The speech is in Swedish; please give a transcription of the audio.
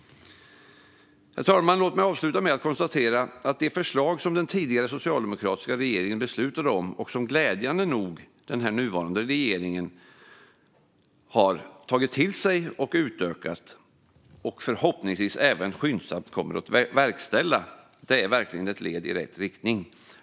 Herr talman! Låt mig avsluta med att konstatera att de förslag som den tidigare socialdemokratiska regeringen beslutade om, och som den nuvarande regeringen glädjande nog har tagit till sig och utökat och förhoppningsvis även skyndsamt kommer att verkställa, verkligen är ett led i rätt riktning.